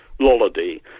Lollardy